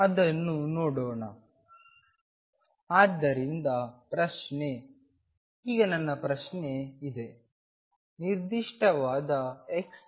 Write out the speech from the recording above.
ಅದನ್ನು ನೋಡೋಣ ಆದ್ದರಿಂದ ಪ್ರಶ್ನೆ ಈಗ ನನಗೆ ಪ್ರಶ್ನೆ ಇದೆ ನಿರ್ದಿಷ್ಟವಾಗಿ xಗೆ